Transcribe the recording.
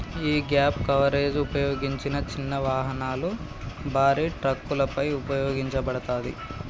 యీ gap coverage ఉపయోగించిన చిన్న వాహనాలు, భారీ ట్రక్కులపై ఉపయోగించబడతాది